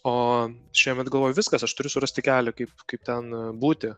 o šiemet galvoju viskas aš turiu surasti kelią kaip kaip ten būti